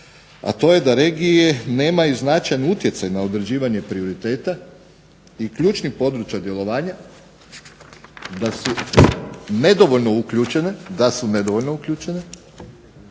a to je da regije nemaju značajan utjecaj na određivanje prioriteta i ključnih područja djelovanja, da su nedovoljno uključene